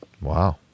Wow